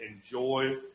enjoy